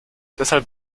deshalb